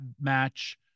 match